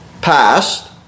past